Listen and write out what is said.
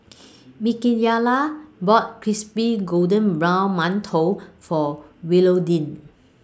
Mikayla bought Crispy Golden Brown mantou For Willodean